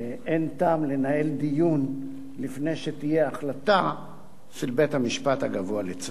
אין טעם לנהל דיון לפני שתהיה החלטה של בית-המשפט הגבוה לצדק.